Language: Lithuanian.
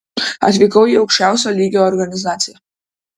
atvykau į aukščiausio lygio organizaciją